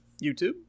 youtube